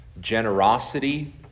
generosity